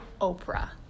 Oprah